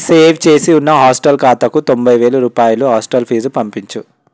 save చేసి ఉన్న hostel ఖాతాకు తొంభై వేలు రూపాయలు హాస్టల్ ఫీజు పంపించు